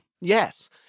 yes